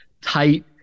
tight